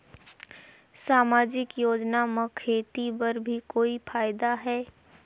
समाजिक योजना म खेती बर भी कोई फायदा है?